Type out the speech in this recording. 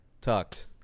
tucked